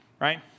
right